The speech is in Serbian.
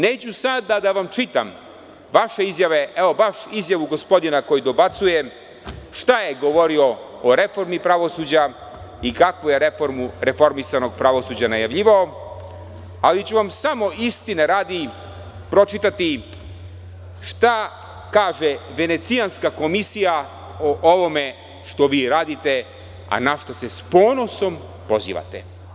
Neću sada da vam čitam vaše izjave, evo baš izjavu gospodina koji dobacuje, šta je govorio o reformi pravosuđa i kakvu je reformu reformisanog pravosuđa najavljivao, ali ću vam samo istine radi, pročitati šta kaže Venecijanska komisija o ovome što vi radite, a na šta se sa ponosom pozivate.